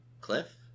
Cliff